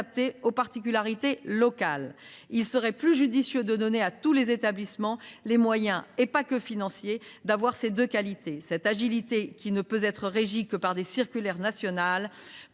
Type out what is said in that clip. aux particularités locales. Il serait plus judicieux de donner à tous les établissements les moyens – pas seulement financiers – de se doter de ces deux qualités. Cette agilité, qui ne peut être régie par des circulaires nationales,